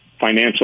financial